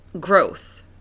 growth